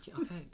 Okay